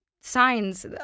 Signs